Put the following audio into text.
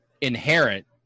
inherent